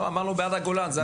לא, אמרנו בעד הגולן.